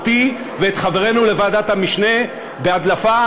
אותי ואת חברינו לוועדת המשנה בהדלפה.